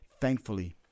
Thankfully